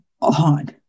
on